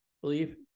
believe